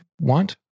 want